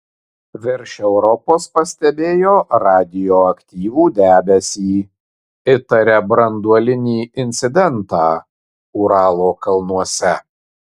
virš europos pastebėjo radioaktyvų debesį įtaria branduolinį incidentą uralo kalnuose